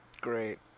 Great